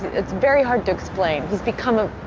it's very hard to explain. he's become a